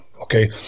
okay